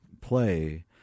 play